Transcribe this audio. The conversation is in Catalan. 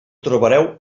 trobareu